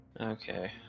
Okay